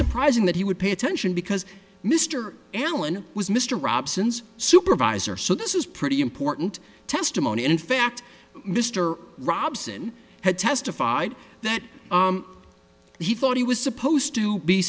surprising that he would pay attention because mr allen was mr robson's supervisor so this is pretty important testimony in fact mr robson had testified that he thought he was supposed to be